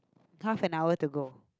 half an hour to go